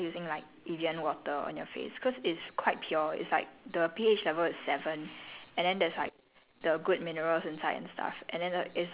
if you if you really like your skin really damn sensitive right why don't you try using like evian water on your face cause it's quite pure it's like the P_H level is seven